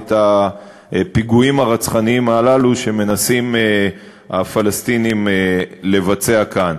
את הפיגועים הרצחניים הללו שהפלסטינים מנסים לבצע כאן.